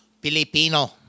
Filipino